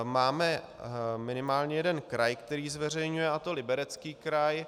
Máme minimálně jeden kraj, který zveřejňuje, a to Liberecký kraj.